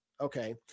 Okay